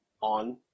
on